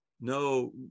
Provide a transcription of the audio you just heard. no